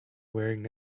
wearing